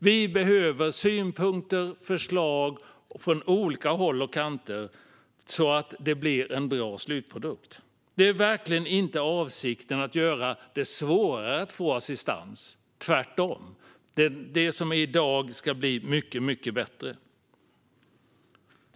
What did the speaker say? Vi behöver synpunkter och förslag från olika håll och kanter så att det blir en bra slutprodukt. Det är verkligen inte avsikten att göra det svårare att få assistans, tvärtom. Det som är i dag ska bli mycket bättre.